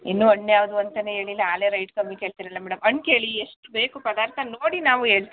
ಇನ್ನು ಹಣ್ ಯಾವುದು ಅಂತಾ ಹೇಳಿಲ್ಲ ಆಗ್ಲೇ ರೈಟ್ ಕಮ್ಮಿ ಕೇಳ್ತೀರಲ್ಲ ಮೇಡಮ್ ಹಣ್ ಕೇಳಿ ಎಷ್ಟು ಬೇಕು ಪದಾರ್ಥ ನೋಡಿ ನಾವು ಹೇಳ್ತೀವಿ